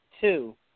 Two